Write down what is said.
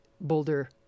Boulder